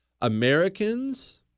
Americans